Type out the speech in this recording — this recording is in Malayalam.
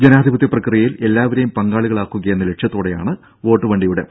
ജനാധിപത്യ പ്രക്രിയയിൽ എല്ലാവരെയും പങ്കാളികളാക്കുകയെന്ന ലക്ഷ്യത്തോടെയാണ് വോട്ടുവണ്ടിയുടെ യാത്ര